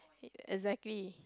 exactly